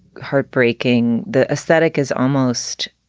heartbreaking. the aesthetic is almost.